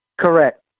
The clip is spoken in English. Correct